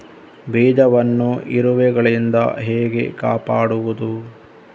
ಬೀಜವನ್ನು ಇರುವೆಗಳಿಂದ ಹೇಗೆ ಕಾಪಾಡುವುದು?